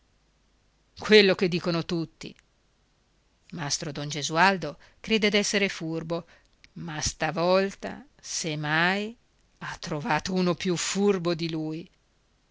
quello che dicono tutti mastro don gesualdo crede d'essere furbo ma stavolta se mai ha trovato uno più furbo di lui